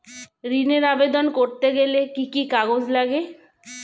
ঋণের আবেদন করতে গেলে কি কি কাগজ লাগে?